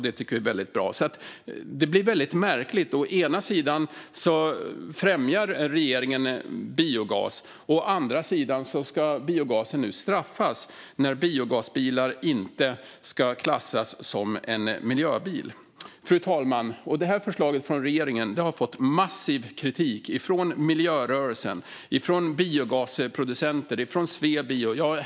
Det blir därför väldigt märkligt att regeringen å ena sidan främjar biogas men att biogasen å andra sidan ska straffas när biogasbilar inte ska klassas som miljöbilar! Fru talman! Förslaget från regeringen har fått massiv kritik från miljörörelsen, biogasproducenter och Sveby.